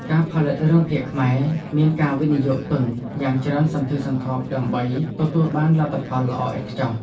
ការផលិតរឿងភាគខ្មែរមានការវិនិយោគទុនយ៉ាងច្រើនសន្ធឹកសន្ធាប់ ដើម្បីទទួលបានលទ្ធផលល្អឥតខ្ចោះ។